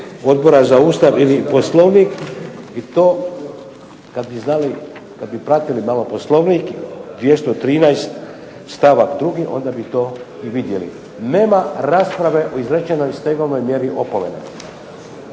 Odbora za Ustav i Poslovnik i to kad bi znali, kad bi pratili malo Poslovnik 213. stavak 2. onda bi to i vidjeli. Nema rasprave o izrečenoj stegovnoj mjeri opomene.